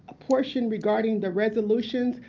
ah portion regarding the resolutions,